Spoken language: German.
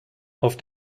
auf